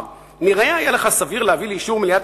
נראה היה לך סביר להביא לאישור מליאת